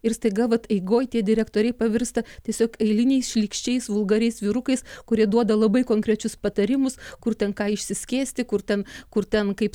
ir staiga vat eigoj tie direktoriai pavirsta tiesiog eiliniais šlykščiais vulgariais vyrukais kurie duoda labai konkrečius patarimus kur ten ką išsiskėsti kur ten kur ten kaip